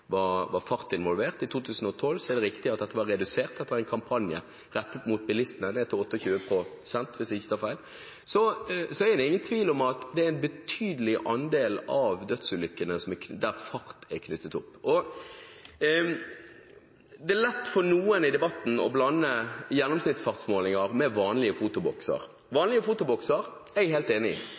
var fart involvert i 50 pst. av alle dødsulykker – i 2012 riktignok redusert til 28 pst., hvis jeg ikke tar feil, etter en kampanje rettet mot bilistene – er det ingen tvil om at fart er knyttet til en betydelig andel av dødsulykkene. Det er lett for noen i debatten å blande gjennomsnittsfartsmålinger med vanlige fotobokser. Ved vanlige fotobokser opplever man at folk bremser ned, og at man får en rykk-og-napp-kjøring – jeg er helt enig